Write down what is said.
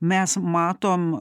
mes matom